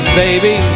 baby